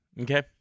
Okay